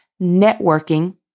networking